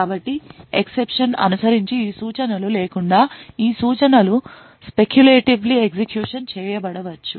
కాబట్టి ఎక్సెప్షన్ను అనుసరించి ఈ సూచనలు లేకుండా ఈ సూచనలు speculativelyఎగ్జిక్యూషన్ చేయబడవచ్చు